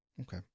Okay